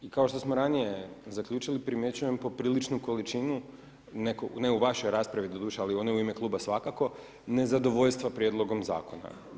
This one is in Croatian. I kao što smo ranije zaključili primjećujem popriličnu količinu ne u vašoj raspravi doduše, ali one u ime kluba svakako, ne zadovoljstva prijedlogom zakona.